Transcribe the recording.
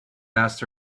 asked